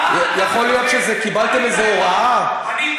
ממה אתה מפחד?